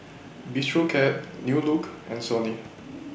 Bistro Cat New Look and Sony